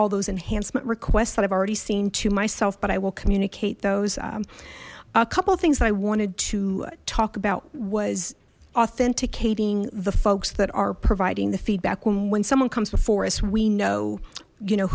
all those enhancement requests that i've already seen to myself but i will communicate those a couple of things i wanted to talk about was authenticating the folks that are providing the feedback when when someone comes to forest we know you know